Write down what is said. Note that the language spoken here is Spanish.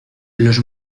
los